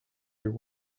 your